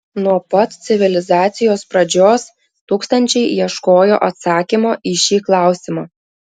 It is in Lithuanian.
nuo pat civilizacijos pradžios tūkstančiai ieškojo atsakymo į šį klausimą